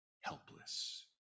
helpless